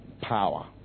power